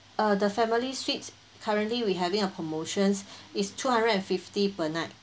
uh the family suites currently we having a promotions it's two hundred and fifty per night